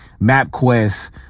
MapQuest